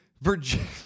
Virginia